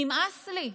נמאס לי,